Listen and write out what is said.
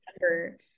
remember